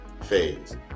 phase